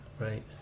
right